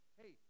hey